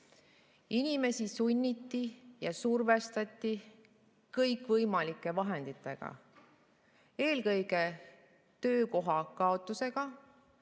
Inimesi sunniti ja survestati kõikvõimalike vahenditega, eelkõige töökoha kaotusega.